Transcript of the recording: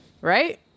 Right